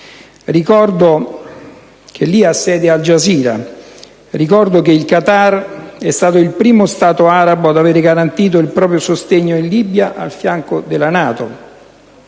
Ricordo che lì ha sede Al Jazeera. Ricordo che il Qatar è stato il primo Stato arabo ad avere garantito il proprio sostegno in Libia al fianco della NATO.